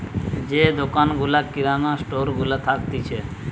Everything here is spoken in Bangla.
যে দোকান গুলা কিরানা স্টোর গুলা থাকতিছে